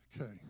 Okay